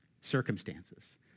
Circumstances